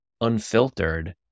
unfiltered